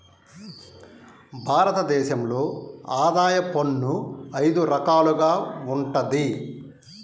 భారత దేశంలో ఆదాయ పన్ను అయిదు రకాలుగా వుంటది